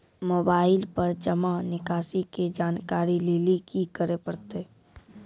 Mobile पर जमा निकासी के जानकरी लेली की करे परतै?